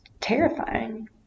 terrifying